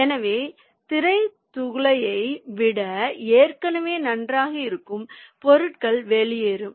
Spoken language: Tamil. எனவே திரைத் துளையை விட ஏற்கனவே நன்றாக இருக்கும் பொருட்கள் வெளியேறும்